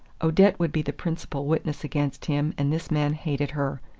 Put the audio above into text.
odette would be the principal witness against him and this man hated her.